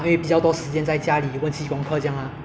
那你呢你的 programming 还可以吗